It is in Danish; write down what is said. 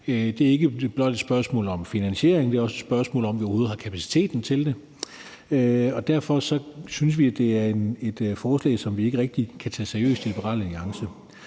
Det er ikke blot et spørgsmål om finansiering; det er også et spørgsmål om, om vi overhovedet har kapaciteten til det. Derfor synes vi, det er et forslag, som vi ikke rigtig kan tage seriøst i Liberal Alliance.